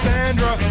Sandra